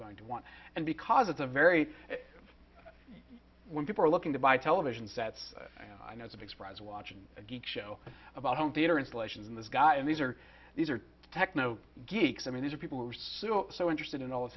going to want and because it's a very when people are looking to buy television sets and i know it's a big surprise watching a good show about home theater installations and this guy and these are these are techno geeks i mean these are people who are so so interested in all the